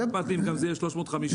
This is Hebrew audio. לא אכפת לי אם זה יהיה 350 מיליון לשנה.